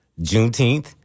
Juneteenth